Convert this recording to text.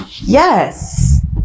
yes